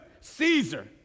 Caesar